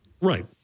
Right